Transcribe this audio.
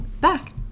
back